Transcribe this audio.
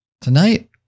Tonight